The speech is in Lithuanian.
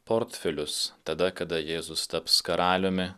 portfelius tada kada jėzus taps karaliumi